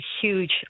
huge